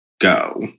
go